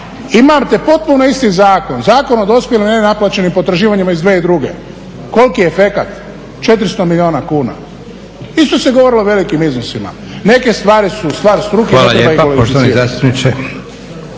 Imate potpuno isti zakon, Zakon o dospjelim nenaplaćenim potraživanjima iz 2002., koliki je efekat? 400 milijuna kuna. Isto se govorilo o velikim iznosima. Neke stvari su stvar struke, ne treba ih… **Leko, Josip